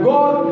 God